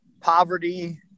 poverty